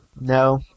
No